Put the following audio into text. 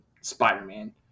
Spider-Man